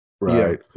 right